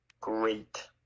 great